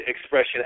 expression